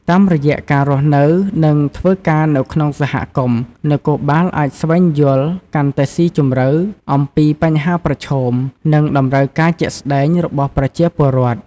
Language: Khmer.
តាមរយៈ ការរស់នៅ និងធ្វើការនៅក្នុងសហគមន៍ នគរបាលអាចស្វែងយល់កាន់តែស៊ីជម្រៅអំពីបញ្ហាប្រឈម និងតម្រូវការជាក់ស្ដែងរបស់ប្រជាពលរដ្ឋ។